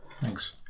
Thanks